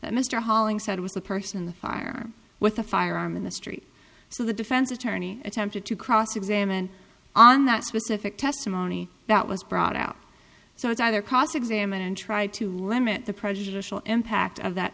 that mr halling said was the person in the fire with a firearm in the street so the defense attorney attempted to cross examine on that specific testimony that was brought out so it's either cross examine and try to limit the prejudicial impact of that